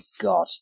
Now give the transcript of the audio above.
God